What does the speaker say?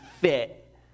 fit